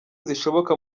zishoboka